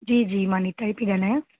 जी जी मां नीता ई थी ॻाल्हायां